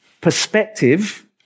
Perspective